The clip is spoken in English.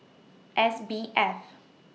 S B F